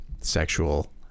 sexual